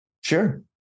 Sure